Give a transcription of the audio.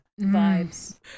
vibes